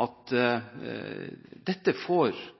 at dette får